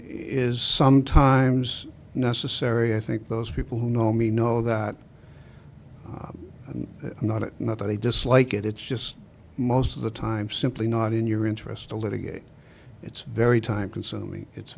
is sometimes necessary i think those people who know me know that i'm not it not that i dislike it it's just most of the time simply not in your interest to litigate it's very time consuming it's